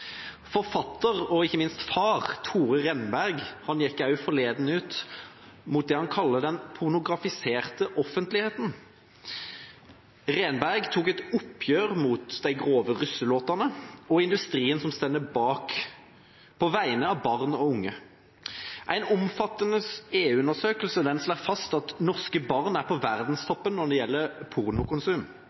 Forfatter – og ikke minst far – Tore Renberg gikk også forleden ut mot det han kaller «den pornografiserte offentligheten». Renberg tar på vegne av barn og unge et oppgjør med de grove russelåtene og industrien som står bak. En omfattende EU-undersøkelse slår fast at norske barn er på verdenstoppen når det gjelder